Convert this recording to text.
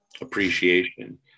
appreciation